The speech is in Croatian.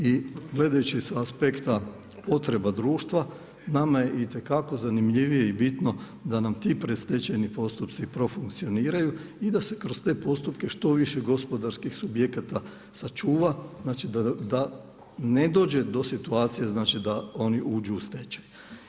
I gledajući sa aspekta potreba društva nama je itekako zanimljivije i bitno da nam ti predstečajni postupci profunkcioniraju i da se kroz te postupke što više gospodarskih subjekata sačuva, znači da ne dođe do situacije da oni uđu u stečaj.